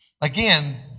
again